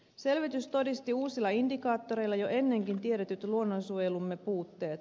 selvitys todisti uusilla indikaattoreilla jo ennenkin tiedetyt luonnonsuojelumme puutteet